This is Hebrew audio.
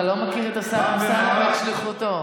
אתה לא מכיר את השר אמסלם ואת שליחותו?